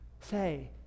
say